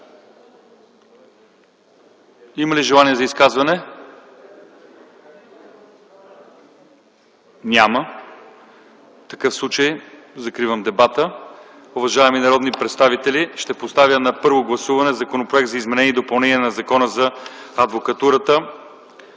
Има ли желания за изказвания? Няма. В такъв случай закривам дебата. Уважаеми народни представители, ще поставя на първо гласуване Законопроекта за изменение и допълнение на Закона за адвокатурата,